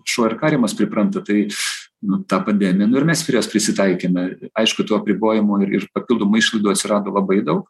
šuo ir kariamas pripranta tai nu ta pandemija nu ir mes prie jos prisitaikėme aišku tų apribojimų ir papildomų išlaidų atsirado labai daug